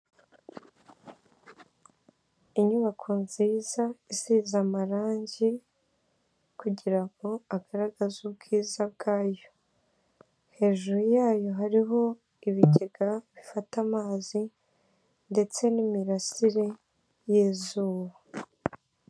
Inyubako nziza isize amarangi kugira ngo agaragaze ubwiza bwazo, hejuru yayo hariho ibigega bifata amazi ndetse n'imirasire y'izuba.